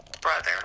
brother